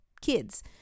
kids